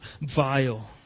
vile